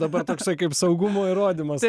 dabar toksai kaip saugumo įrodymas